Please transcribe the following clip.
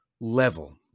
level